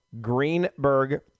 Greenberg